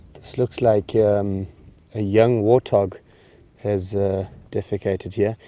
this looks like and a young warthog has defecated here.